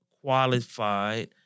qualified